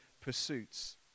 pursuits